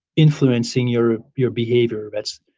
influencing your your behavior. that's